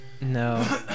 No